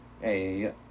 Hey